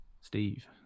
Steve